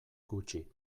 gutxi